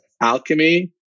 Alchemy